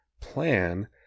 plan